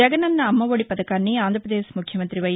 జగనన్న అమ్మఒడి పథకాన్ని ఆంధ్రపదేశ్ ముఖ్యమంతి వై